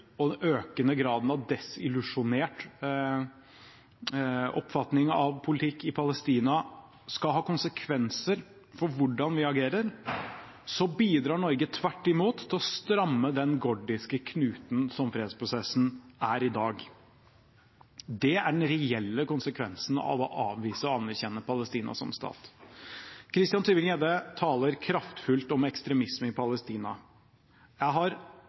og den økende graden av desillusjonert oppfatning av politikk i Palestina skal ha konsekvenser for hvordan vi agerer, bidrar Norge tvert imot til å stramme den gordiske knuten som fredsprosessen er i dag. Det er den reelle konsekvensen av å avvise å anerkjenne Palestina som stat. Christian Tybring-Gjedde taler kraftfullt om ekstremisme i Palestina. Jeg har